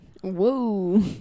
Whoa